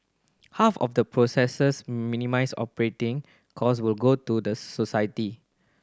half of the processes operating costs will go to the society